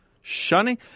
shunning